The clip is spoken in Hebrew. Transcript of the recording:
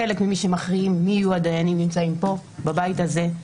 חלק ממי שמכריעים מי יהיו הדיינים נמצאים פה בבית הזה,